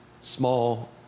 small